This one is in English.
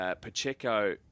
Pacheco